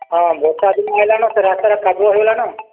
ହଁ ବର୍ଷା ଦିନ ଆଏଲାନ ସେ ରାସ୍ତାରେ କାଦୁଅ ହେଇଗଲାନ